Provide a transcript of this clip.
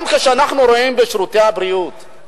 גם כאשר אנחנו רואים בשירותי הבריאות,